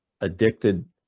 addicted